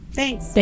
Thanks